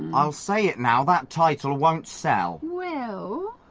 i'll say it now, that title won't sell. wellll,